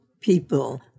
people